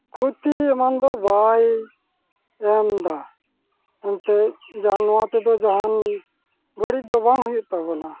ᱠᱷᱳᱛᱤ ᱮᱢᱟᱱ ᱫᱚ ᱵᱟᱭ ᱮᱢᱫᱟ ᱮᱱᱛᱮᱡ ᱡᱟᱦᱟᱸ ᱱᱚᱣᱟ ᱛᱮᱫᱚ ᱡᱟᱦᱟᱱ ᱵᱟᱹᱲᱤᱡ ᱫᱚ ᱵᱟᱝ ᱦᱩᱭᱩᱜ ᱛᱟᱵᱚᱱᱟ